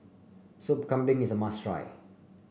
Sup Kambing is a must try